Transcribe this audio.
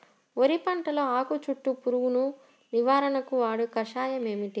వరి పంటలో ఆకు చుట్టూ పురుగును నివారణకు వాడే కషాయం ఏమిటి?